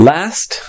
Last